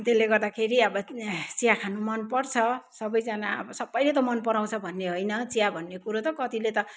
त्यसले गर्दाखेरि अब चिया खानु मन पर्छ सबैजना अब सबैले त मन पराउँछ भन्ने होइन चिया भन्ने कुरो त कतिले त